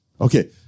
Okay